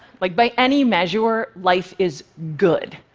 like, by any mezhure, life is good.